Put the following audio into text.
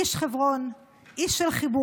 איש חברון, איש של חיבורים,